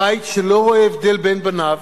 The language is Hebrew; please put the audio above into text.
הבית שלא רואה הבדל בין בניו,